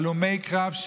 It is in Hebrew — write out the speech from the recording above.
הלומי קרב,